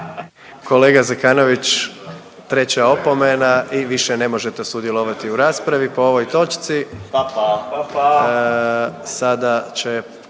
Kolega Zekanović, treća opomena i više ne možete sudjelovati u raspravi po ovoj točci.